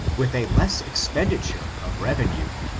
with a less expenditure of revenue,